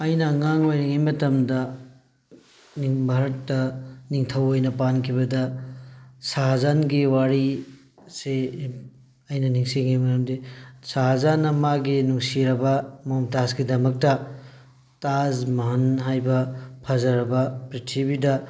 ꯑꯩꯅ ꯑꯉꯥꯡ ꯑꯣꯏꯔꯤꯉꯩ ꯃꯇꯝꯗ ꯚꯥꯔꯠꯇ ꯅꯤꯡꯊꯧ ꯑꯣꯏꯅ ꯄꯥꯟꯈꯤꯕꯗ ꯁꯍꯥꯖꯥꯟꯒꯤ ꯋꯥꯔꯤꯁꯤ ꯑꯩꯅ ꯅꯤꯡꯁꯤꯡꯉꯤ ꯃꯔꯝꯗꯤ ꯁꯍꯥꯖꯥꯟꯅ ꯃꯥꯒꯤ ꯅꯨꯡꯁꯤꯔꯕ ꯃꯣꯝꯇꯥꯖꯀꯤꯗꯃꯛꯇ ꯇꯥꯖ ꯃꯍꯜ ꯍꯥꯏꯕ ꯐꯖꯔꯕ ꯄ꯭ꯔꯤꯊꯤꯕꯤꯗ